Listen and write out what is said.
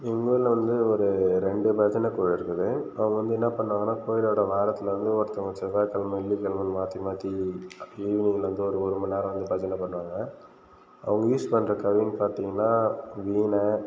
மற்ற ஊர்லாம் வந்து அங்கே போயிட்டு பஜனை பண்ணுவாங்கள் இந்த வார ரெண்டு நாள் மட்டும் வந்து இந்த இடத்துல பஜனை பண்ணுவாங்கள் ஒன்ரை மணி நேரம் ஒரு மணி நேரம் பண்ணிட்டு கோவில்ல வந்து பூஜை பண்ணுறதுக்கு உதவி பண்ணுவாங்கள்